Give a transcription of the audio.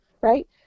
right